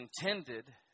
intended